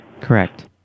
Correct